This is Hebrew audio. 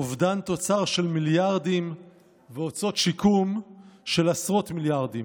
אובדן תוצר של מיליארדים והוצאות שיקום של עשרות מיליארדים.